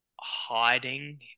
hiding